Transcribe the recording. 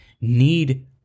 need